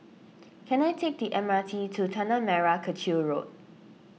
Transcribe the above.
can I take the M R T to Tanah Merah Kechil Road